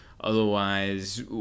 otherwise